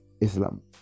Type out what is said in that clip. islam